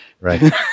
Right